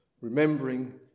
remembering